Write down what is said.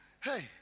hey